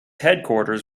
headquarters